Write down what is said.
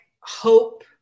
hope